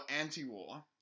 anti-war